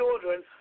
children